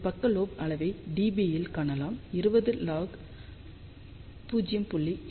நீங்கள் பக்க லோப் அளவை dB இல் காணலாம் 20 log 0